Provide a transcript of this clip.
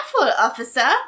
officer